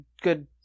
good